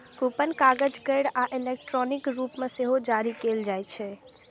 coupon कागज केर आ इलेक्ट्रॉनिक रूप मे सेहो जारी कैल जाइ छै